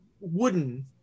wooden